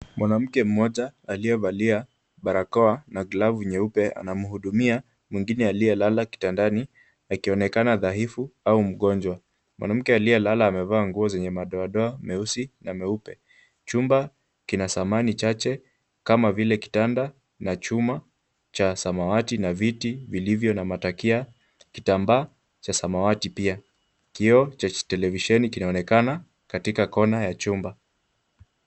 Mwanamke mmoja aliyevalia barakoa na glavu nyeupe anamhudumia mwingine aliyelala kitandani akionekana dhaifu au mgonjwa. Mwanamke aliyelala amevaa nguo zenye madoadoa meusi na meupe. Chumba kina samani chache kama vile kitanda na chuma cha samawati na viti vilivyo na matakia, kitambaa cha samawati pia. Kioo cha televisheni kinaonekana katika kona ya chumba.